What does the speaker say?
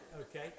Okay